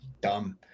dumb